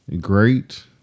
great